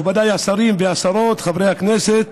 מכובדיי השרים והשרות, חברי הכנסת,